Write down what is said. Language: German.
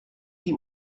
die